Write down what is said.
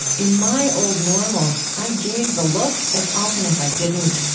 in my old normal, i gave the look as often as i didn't,